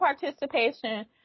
participation